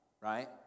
Right